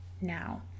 now